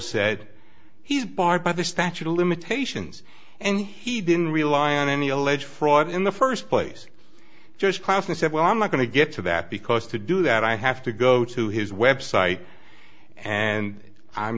said he's barred by the statute of limitations and he didn't rely on any alleged fraud in the first place just laughed and said well i'm not going to get to that because to do that i have to go to his website and i'm